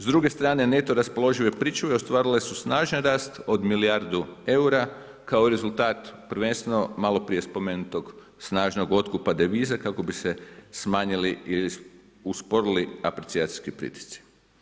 S druge strane neto raspoložive pričuve ostvarile su snažan rast od milijardu eura kao rezultat prvenstveno maloprije spomenutog snažnog otkupa devize kako bi se smanjili ili usporili apricijacijski pritisci.